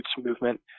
movement